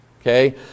Okay